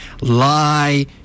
lie